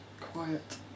quiet